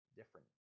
different